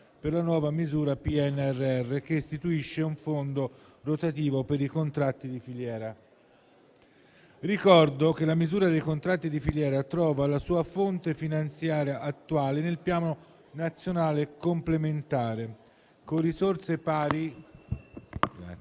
per la nuova misura PNRR, che istituisce un fondo rotativo per i contratti di filiera. Ricordo che la misura dei contratti di filiera trova la sua attuale fonte finanziaria nel Piano nazionale per gli investimenti